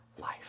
life